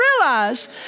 realize